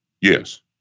Yes